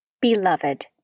Beloved